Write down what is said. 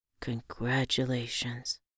Congratulations